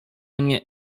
mnie